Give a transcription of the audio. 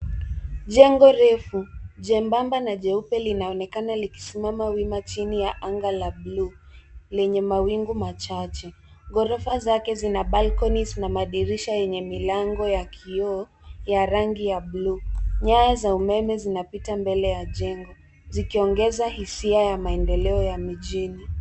Jengo refu jembamba na jeupe linaoenekana likisimama wima chini ya anga la bluu lenye mawingu machache. Ghorofa zake zina balconies na madirisha yenye milango ya kioo ya rangi ya bluu. Nyaya za umeme zinapita mbele ya jengo zikiongeza hisia za maendeleo ya mijini.